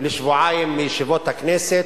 לשבועיים מישיבות הכנסת,